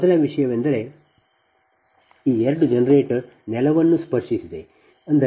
ಈ ಮೊದಲ ವಿಷಯವೆಂದರೆ ಈ ಎರಡು ಜನರೇಟರ್ ನೆಲವನ್ನು ಸ್ಪರ್ಶಿಸಿದೆ